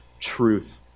truth